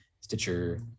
Stitcher